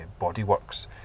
bodyworks